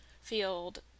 field